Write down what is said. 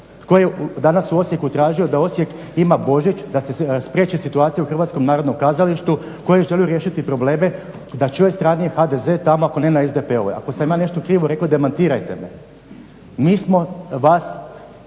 Tko je danas u Osijeku tražio da Osijek ima Božić, da se spriječi situacija u Hrvatskom narodnom kazalištu kojom žele riješiti probleme, na čijoj strani je HDZ tamo ako ne na SDP-ovoj? Ako sam ja nešto krivo rekao, demantirajte me. Mi smo vas.